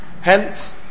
Hence